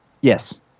Yes